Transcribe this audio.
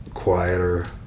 quieter